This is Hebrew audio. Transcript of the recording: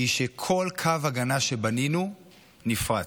היא שכל קו הגנה שבנינו נפרץ: